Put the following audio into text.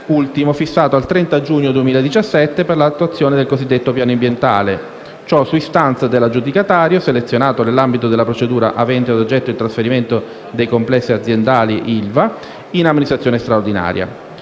ultimo fissato al 30 giugno 2017, per l'attuazione del cosiddetto piano ambientale, ciò su istanza dell'aggiudicatario selezionato nell'ambito della procedura avente ad oggetto il trasferimento dei complessi aziendali facenti capo ad ILVA in amministrazione straordinaria,